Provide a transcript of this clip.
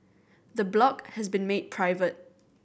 the blog has been made private